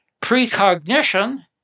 Precognition